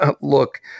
look